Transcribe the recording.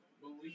believe